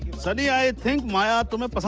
sunny, i think maya